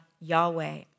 Yahweh